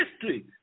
history